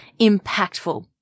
impactful